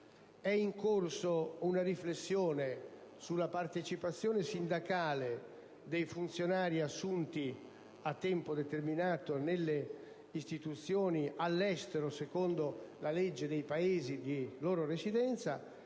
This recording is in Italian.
è in corso una riflessione sulla partecipazione sindacale dei funzionari assunti a tempo determinato nelle istituzioni all'estero, secondo le leggi dei Paesi di loro residenza;